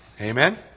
Amen